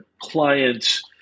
clients